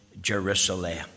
Jerusalem